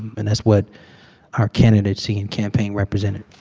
and that's what our candidacy and campaign represented